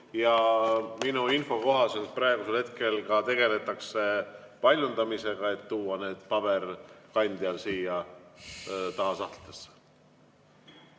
ja minu info kohaselt praegusel hetkel tegeldakse paljundamisega, et tuua need paberkandjal siia taha sahtlitesse.